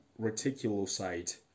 reticulocyte